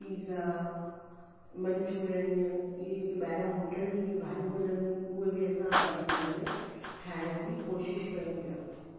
pizza manchurian इहे जेका ॿाहिरां होटल जी जीअं भाॼियूं मिलंदी उनि उहे बि असां पंहिंजे घर में ठाहिण जी कोशिशि कयूं पिया